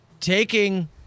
Taking